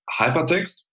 hypertext